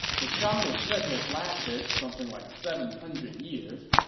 the shang was said to have lasted something like seven hundred years,